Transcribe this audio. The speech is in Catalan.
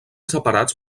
separats